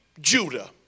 Judah